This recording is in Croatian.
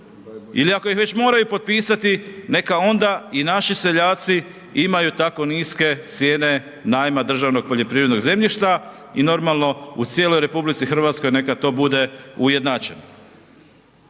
ili ako ih već moraju potpisati neka onda i naši seljaci imaju tako niske cijene najma državnog poljoprivrednog zemljišta i normalno u cijeloj RH neka to bude ujednačen.